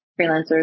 freelancers